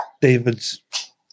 David's